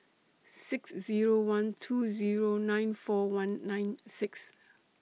six Zero one two Zero nine four one nine six